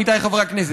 עמיתיי חברי הכנסת,